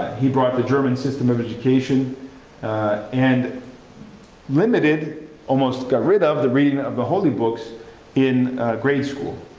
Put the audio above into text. he brought the german system of education and limited almost got rid of the reading of the holy books in grade school.